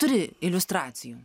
turi iliustracijų